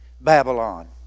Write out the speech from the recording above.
Babylon